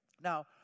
Now